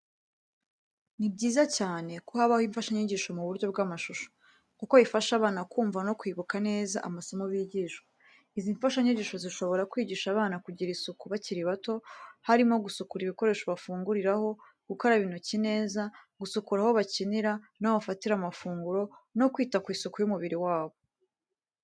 Ni byiza cyane ko habaho imfashanyigisho mu buryo bw'amashusho, kuko bifasha abana kumva no kwibuka neza amasomo bigishwa. Izi mfashanyigisho zishobora kwigisha abana kugira isuku bakiri bato, harimo gusukura ibikoresho bafunguriraho, gukaraba intoki neza, gusukura aho bakinira n'aho bafatira amafunguro, no kwita ku isuku y’umubiri wabo.